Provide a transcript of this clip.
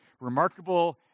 remarkable